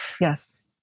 Yes